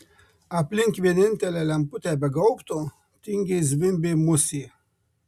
aplink vienintelę lemputę be gaubto tingiai zvimbė musė